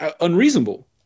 unreasonable